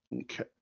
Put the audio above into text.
Okay